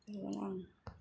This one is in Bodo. बेनो आं